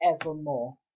evermore